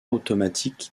automatique